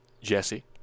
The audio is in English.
Jesse